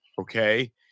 Okay